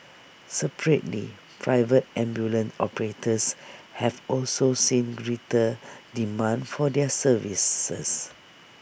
separately private ambulance operators have also seen greater demand for their services